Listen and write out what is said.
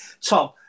Tom